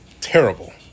Terrible